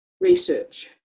research